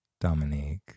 Dominique